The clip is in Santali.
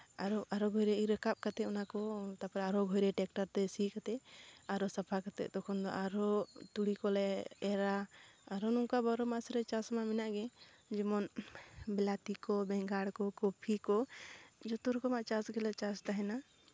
ᱟᱨᱚ ᱜᱷᱩᱨᱮ ᱤᱨ ᱨᱟᱠᱟᱵ ᱠᱟᱛᱮᱜ ᱚᱱᱟᱠᱚ ᱟᱨᱦᱚᱸ ᱜᱷᱩᱨᱮ ᱴᱨᱟᱠᱴᱟᱨ ᱛᱮ ᱥᱤ ᱠᱟᱛᱮᱫ ᱟᱨᱚ ᱥᱟᱯᱷᱟ ᱠᱟᱛᱮᱫ ᱛᱚᱠᱷᱚᱱ ᱫᱚ ᱟᱨᱦᱚᱸ ᱛᱩᱲᱤ ᱠᱚᱞᱮ ᱮᱨᱟ ᱟᱨᱚ ᱱᱚᱝᱠᱟ ᱵᱟᱨᱚ ᱢᱟᱥ ᱨᱮ ᱪᱟᱥᱢᱟ ᱢᱮᱱᱟᱜ ᱜᱮ ᱡᱮᱢᱚᱱ ᱵᱤᱞᱟᱹᱛᱤ ᱠᱚ ᱵᱮᱸᱜᱟᱲ ᱠᱚ ᱠᱚᱯᱷᱤ ᱠᱚ ᱡᱚᱛᱚ ᱨᱚᱠᱚᱢᱟᱜ ᱪᱟᱥ ᱜᱮᱞᱮ ᱪᱟᱥ ᱛᱟᱦᱮᱱᱟ